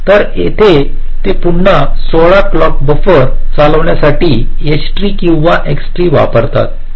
तर येथे ते पुन्हा 16 क्लॉक बफर चालविण्यासाठी एच ट्री किंवा एक्स ट्री वापरतात